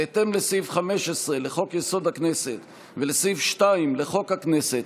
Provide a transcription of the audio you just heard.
בהתאם לסעיף 15 לחוק-יסוד: הכנסת ולסעיף 2 לחוק הכנסת,